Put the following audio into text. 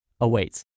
awaits